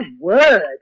word